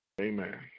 Amen